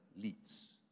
leads